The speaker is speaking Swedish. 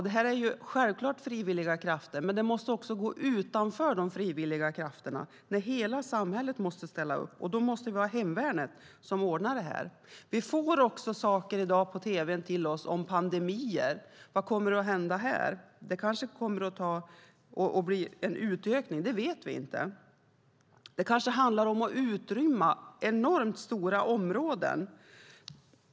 Det här är självklart frivilliga krafter, men när hela samhället måste ställa upp måste det också gå utanför de frivilliga krafterna. Och då måste vi ha hemvärnet som ordnar det här. Vi ser också på tv om pandemier. Vad kommer att hända? Det kanske kommer att öka. Det vet vi inte. Det kanske handlar om att utrymma enormt stora områden.